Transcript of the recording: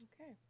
Okay